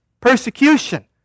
persecution